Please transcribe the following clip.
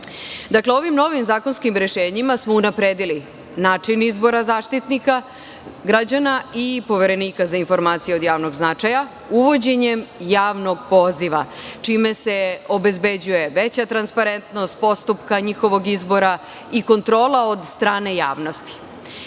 akta. Ovim novim zakonskim rešenjima smo unapredili način izbora Zaštitnika građana i Poverenika za informacije od javnog značaja uvođenjem javnog poziva, čime se obezbeđuje veća transparentnost postupka njihovog izbora i kontrola od strane javnosti. Mandat